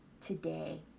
today